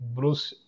Bruce